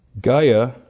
Gaia